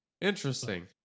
Interesting